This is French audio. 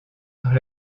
par